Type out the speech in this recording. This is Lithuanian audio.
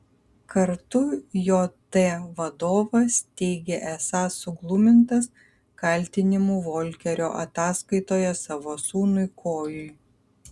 kartu jt vadovas teigė esąs suglumintas kaltinimų volkerio ataskaitoje savo sūnui kojui